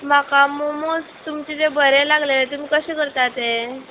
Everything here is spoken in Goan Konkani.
म्हाका मोमोज तुमचे जे बरें लागले तुमी कशें करता ते